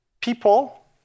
people